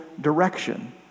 direction